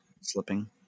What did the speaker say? slipping